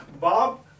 Bob